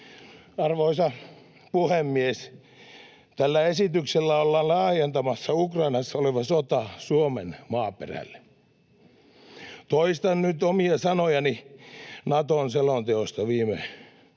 Arvoisa puhemies! Tällä esityksellä ollaan laajentamassa Ukrainassa oleva sota Suomen maaperälle. Toistan nyt omia sanojani Naton selonteosta viime